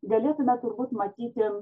galėtume turbūt matyti